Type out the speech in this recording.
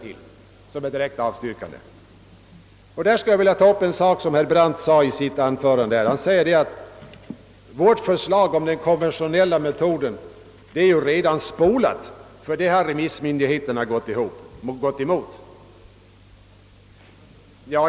I detta sammanhang skulle jag vilja bemöta ett herr Brandts påstående, att vårt förslag om den konventionella metoden redan har spolats eftersom remissmyndigheterna har gått emot det.